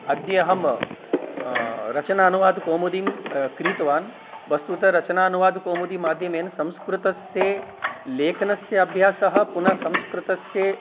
अद्य अहं रचनानुवादकौमुदीं क्रीतवान् वस्तुतः रचनानुवादकौमुदिमाध्यमेन संस्कृतस्य लेखनस्य अभ्यासः पुनः संस्कृतस्य